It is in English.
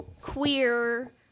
queer